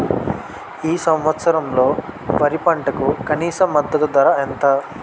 ఈ సంవత్సరంలో వరి పంటకు కనీస మద్దతు ధర ఎంత?